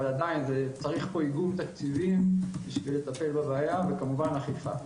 אבל עדיין צריך פה איגום תקציבים שיטפל בבעיה וכמובן אכיפה,